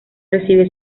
recibe